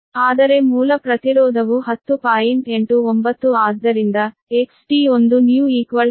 ಆದರೆ ಮೂಲ ಪ್ರತಿರೋಧವು 10